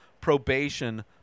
probation